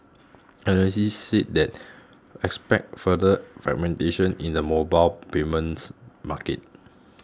analysts said that expect further fragmentation in the mobile payments market